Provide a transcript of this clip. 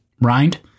rind